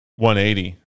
180